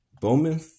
Bowman